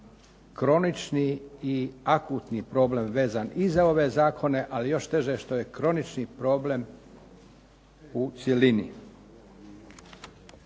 kronični i akutni problem vezan i za ove za ove zakone, ali još teže što je kronični problem u cjelini.